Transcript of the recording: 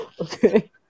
Okay